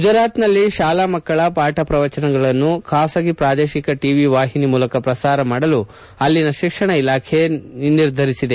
ಗುಜರಾತ್ನಲ್ಲಿ ತಾಲಾ ಮಕ್ಕಳ ಪಾಠ ಪ್ರವಚನಗಳನ್ನು ಖಾಸಗಿ ಪ್ರಾದೇತಿಕ ಟವಿ ವಾಹಿನಿ ಮೂಲಕ ಪ್ರಸಾರ ಮಾಡಲು ಶಿಕ್ಷಣ ಇಲಾಖೆ ಇಂದು ನಿರ್ಧರಿಸಿದೆ